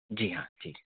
जी हाँ जी